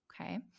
Okay